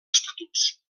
estatuts